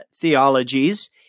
theologies